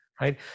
right